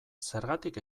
zergatik